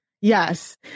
Yes